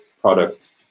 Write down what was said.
product